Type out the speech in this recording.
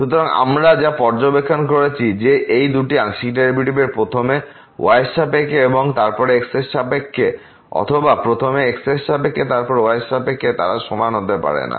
সুতরাং আমরা যা পর্যবেক্ষণ করেছি যে এই দুটি আংশিক ডেরিভেটিভস প্রথমে y এর সাপেক্ষে এবং তারপর x এর সাপেক্ষে অথবা প্রথমে x এর সাপেক্ষে এবং তারপর y এর সাপেক্ষে তারা সমান হতে পারে না